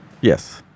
Yes